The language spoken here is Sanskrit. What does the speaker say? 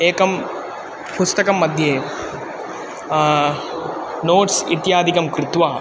एकं पुस्तकमध्ये नोट्स् इत्यादिकं कृत्वा